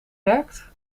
werkt